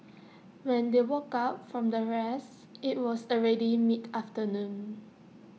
when they woke up from their rest IT was already mid afternoon